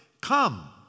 Come